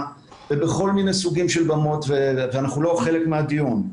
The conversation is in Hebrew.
ובכל מיני סוגים של במות ואנחנו לא חלק מהדיון.